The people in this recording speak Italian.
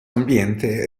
ambiente